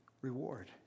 reward